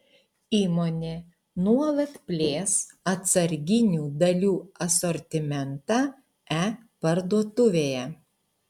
įmonė nuolat plės atsarginių dalių asortimentą e parduotuvėje